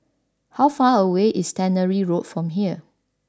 how far away is Tannery Road from here